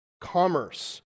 commerce